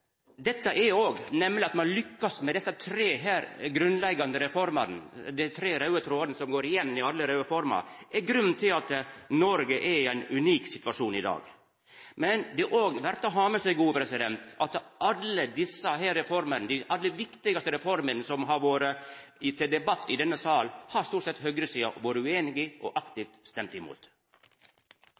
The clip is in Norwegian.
Dette – nemleg at ein lykkast med desse tre grunnleggjande reformene, dei tre raude trådane som går igjen i alle reformer – er òg grunnen til at Noreg er i ein unik situasjon i dag. Men det er òg verdt å ha med seg at alle dei viktigaste reformene som har vore til debatt i denne sal, har stort sett høgresida vore ueinig i og aktivt stemt imot.